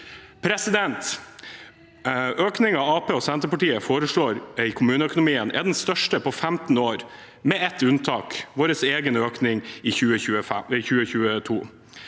Arbeiderpartiet og Senterpartiet foreslår for kommuneøkonomien, er den største på 15 år, med ett unntak: vår egen økning i 2022.